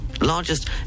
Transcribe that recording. largest